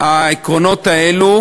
העקרונות האלו,